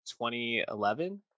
2011